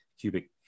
cubic